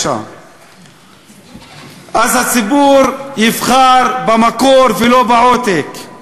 חבר הכנסת אורן חזן.